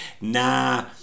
nah